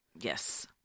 Yes